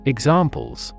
Examples